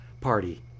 party